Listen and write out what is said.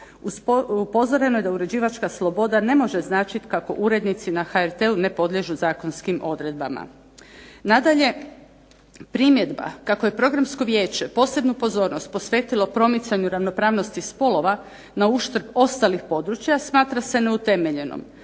Upozoreno je da uređivačka sloboda ne može značiti da urednici na HRT-u ne podliježu zakonskim odredbama. Nadalje, primjedba kako je Programsko vijeće posebnu pozornost posvetilo promicanju ravnopravnosti spolova na uštrb ostalih područja smatra se neutemeljenom.